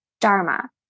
dharma